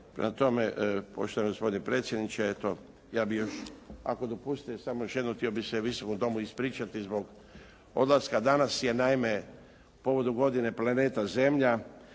Prema tome, poštovani gospodine predsjedniče, eto ja bih još ako dopustite samo još jednom. Htio bih se Visokom domu ispričati zbog odlaska. Danas je naime povodom godine Planeta zemlja,